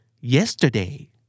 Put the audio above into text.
Yesterday